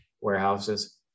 warehouses